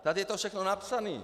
Tady je to všechno napsané!